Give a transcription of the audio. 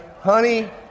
Honey